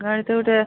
গাড়িতে উঠে